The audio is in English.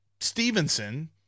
Stevenson